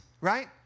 right